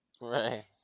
right